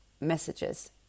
messages